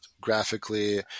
graphically